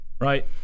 right